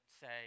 say